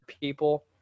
people